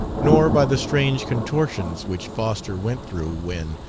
nor by the strange contortions which foster went through when,